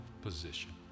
position